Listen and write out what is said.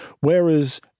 whereas